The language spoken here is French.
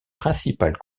principales